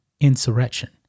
insurrection